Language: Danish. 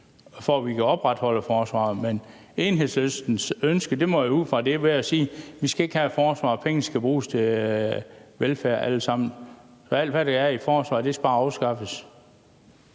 for at vi kan opretholde forsvaret. Men Enhedslistens ønske må jeg gå ud fra er at sige, at vi ikke skal have et forsvar, pengene skal alle sammen bruges til velfærd, så alt, hvad der er i forsvaret, skal bare afskaffes.